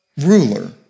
ruler